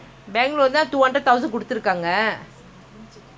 want ask until now you never ask shame for what